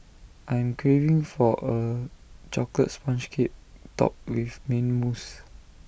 I'm craving for A Chocolate Sponge Cake Topped with Mint Mousse